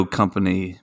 company